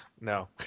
No